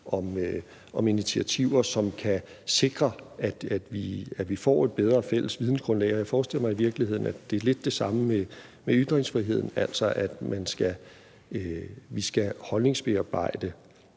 om initiativer, som kan sikre, at vi får et bedre fælles vidensgrundlag. Og jeg forestiller mig i virkeligheden, at det er lidt det samme med ytringsfriheden, altså at vi skal holdningsbearbejde